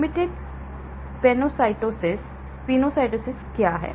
limited pinocytosis pinocytosis क्या है